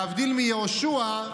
להבדיל מיהושע,